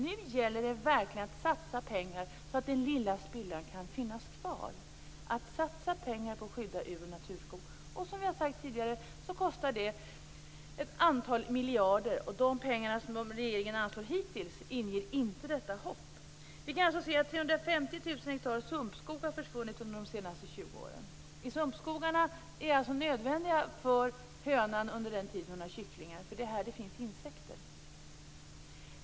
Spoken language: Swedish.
Nu gäller det verkligen att satsa pengar så att den lilla spillran kan finnas kvar. Det gäller att satsa pengar på att skydda ur och naturskog. Som vi tidigare sagt kostar det ett antal miljarder. De pengar som regeringen hittills har anslagit inger inte detta hopp. 350 000 hektar sumpskog har försvunnit under de senaste 20 åren. Sumpskogarna är nödvändiga för hönan under den tid hon har kycklingar. Det är här det finns insekter.